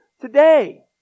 today